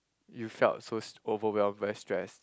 you felt so overwhelmed very stress